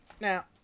Now